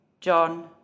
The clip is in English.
John